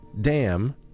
Dam